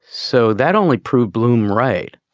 so that only proved bloom, right?